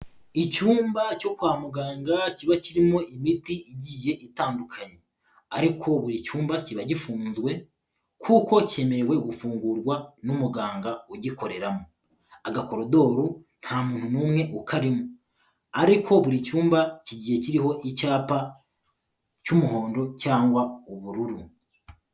Icyumba cyo kwa muganga kiba kirimo imiti igiye itandukanye, ariko buri cyumba kiba gifunzwe kuko cyemerewe gufungurwa n'umuganga ugikoreramo, agakorodoro nta muntu n'umwe ukarimo, ariko buri cyumba kigiye kiriho icyapa cy'umuhondo cyangwa ubururu.